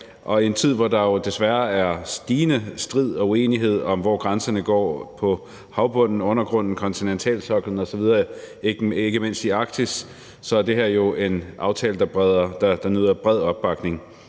I en tid, hvor der desværre er stigende strid og uenighed om, hvor grænserne går på havbunden, i undergrunden, ved kontinentalsoklen osv., ikke mindst i Arktis, er det her jo en aftale, der nyder bred opbakning.